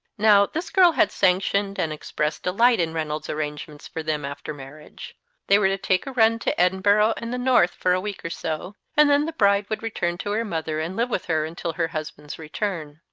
now, this girl had sanctioned and expressed delight in reynolds' arrangements for them after marriage they were to take a run to edinburgh and the north for a week or so, and then the bride would return to her mother and live with her until her husband's return.